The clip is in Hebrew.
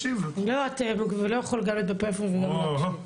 זה בשבילך.